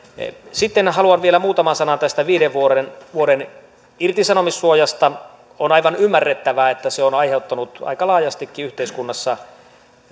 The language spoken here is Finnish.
sitten haluan vielä sanoa muutaman sanan tästä viiden vuoden vuoden irtisanomissuojasta on aivan ymmärrettävää että se on aiheuttanut aika laajastikin yhteiskunnassa